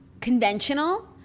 conventional